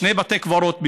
על שני בתי קברות בסלמה,